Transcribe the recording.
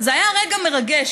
זה היה רגע מרגש,